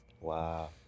wow